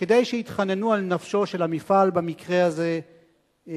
כדי שיתחננו על נפשו של המפעל, במקרה הזה ערוץ.